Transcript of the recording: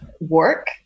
work